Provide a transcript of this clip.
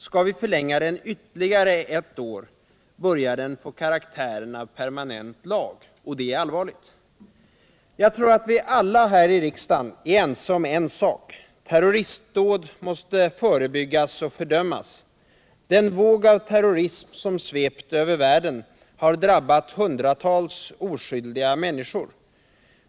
Skall vi förlänga den ytterligare ett år så börjar den få karaktären av permanent lag — och det är allvarligt. Jag tror att vi alla här i riksdagen är ense om en sak: terroristdåd måste förebyggas och fördömas. En våg av terrorism som svept över världen har drabbat hundratals oskyldiga människor.